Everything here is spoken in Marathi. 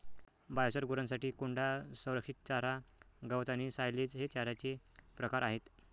बायोचार, गुरांसाठी कोंडा, संरक्षित चारा, गवत आणि सायलेज हे चाऱ्याचे प्रकार आहेत